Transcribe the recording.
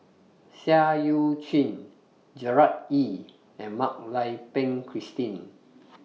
Seah EU Chin Gerard Ee and Mak Lai Peng Christine